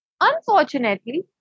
unfortunately